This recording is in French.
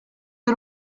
est